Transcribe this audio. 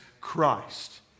Christ